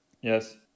Yes